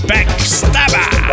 Backstabber